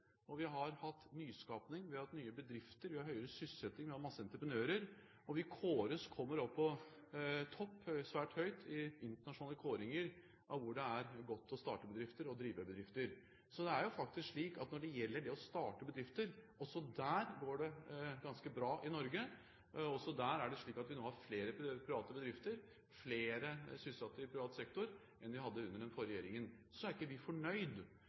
og vi har hatt nyskaping, vi har hatt nye bedrifter, vi har høyere sysselsetting, vi har masse entreprenører, og vi kommer svært høyt i internasjonale kåringer av hvor det er godt å starte bedrifter og drive bedrifter. Så det er faktisk slik at når det gjelder det å starte bedrifter, går det ganske bra i Norge. Også der er det slik at vi nå har flere private bedrifter, flere sysselsatt i privat sektor enn vi hadde under den forrige regjeringen. Så er vi ikke fornøyd. Men det å høre at vi